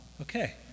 okay